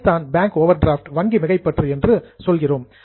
இதைத்தான் bank overdraft வங்கி மிகைப்பற்று என்று சொல்கிறோம்